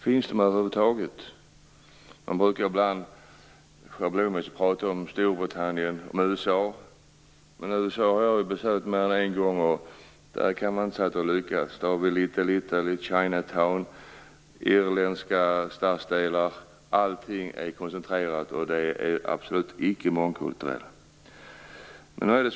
Finns de över huvud taget? Man brukar ibland schablonmässigt tala om Storbritannien och om USA i detta sammanhang, men jag har besökt USA mer än en gång, och det är inte något lyckat exempel. Där finns en och annan Chinatown och en del irländska stadsdelar - alla mycket koncentrerade och absolut icke mångkulturella. Fru talman!